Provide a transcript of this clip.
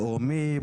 לאומי,